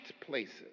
places